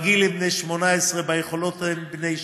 בגיל הם בני 18, ביכולות הם בני